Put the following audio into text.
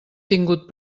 tingut